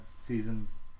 seasons